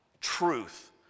truth